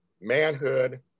manhood